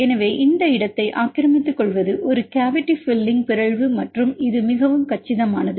எனவே இந்த இடத்தை ஆக்கிரமித்துக்கொள்வது ஒரு கேவிட்டி பில்லிங் பிறழ்வு மற்றும் இது மிகவும் கச்சிதமானது